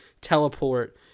teleport